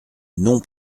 non